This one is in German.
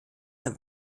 der